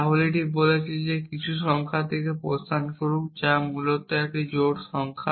সুতরাং এটি বলছে যে কিছু সংখ্যা থেকে প্রস্থান করুন যা মূলত একটি জোড় সংখ্যা